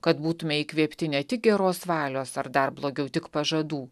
kad būtume įkvėpti ne tik geros valios ar dar blogiau tik pažadų